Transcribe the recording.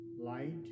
light